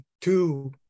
two